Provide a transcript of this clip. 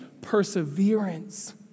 perseverance